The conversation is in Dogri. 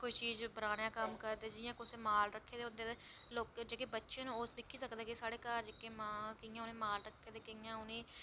कोई चीज पराना कम्म करदे जियां कुसै दे माल रक्खे दे होंदे ते लोह्के जेह्के बच्चे न ओह् दिक्खी सकदे कि साढ़े घर जेह्की मां कियां उ'नें माल रक्खे दे ते कि'यां उ'नेंई